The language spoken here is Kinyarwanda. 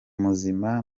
muzima